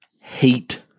hate